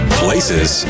places